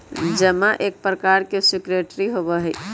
जमा एक प्रकार के सिक्योरिटी होबा हई